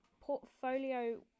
Portfolio